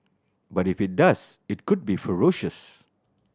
but if it does it could be ferocious